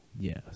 yes